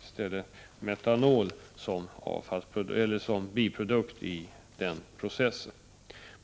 i stället metanol som biprodukt i den processen.